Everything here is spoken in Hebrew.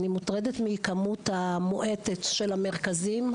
אני מוטרדת בגלל הכמות המועטת של המרכזים.